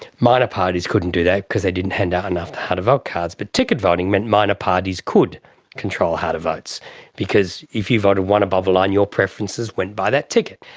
minor parties couldn't do that because they didn't hand out enough how-to-vote cards, but ticket voting meant minor parties could control how-to-votes because if you voted one above the line, your preferences went by that ticket.